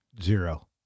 Zero